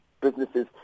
businesses